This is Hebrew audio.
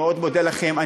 אני מאוד מודה לכם.